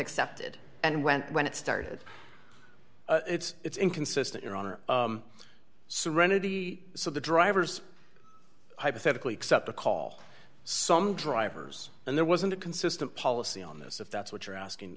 accepted and went when it started it's inconsistent your honor serenity so the drivers hypothetically accept a call some drivers and there wasn't a consistent policy on this if that's what you're asking